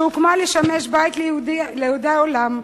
שהוקמה לשמש בית ליהודי העולם,